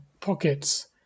pockets